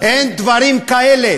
אין דברים כאלה.